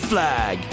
Flag